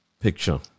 picture